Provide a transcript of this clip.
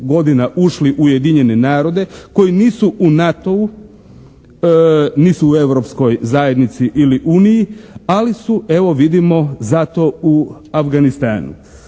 godina ušli u Ujedinjene narode, koji nisu u NATO-u, nisu u Europskoj zajednici ili uniji, ali su evo vidimo zato u Afganistanu.